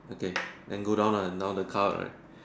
okay then go down lah now the car right